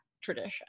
tradition